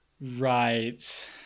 Right